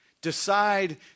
decide